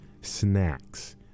snacks